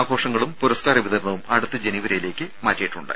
ആഘോഷങ്ങളും പുരസ്കാര വിതരണവും അടുത്ത ജനുവരിയിലേക്ക് മാറ്റിയിട്ടുണ്ട്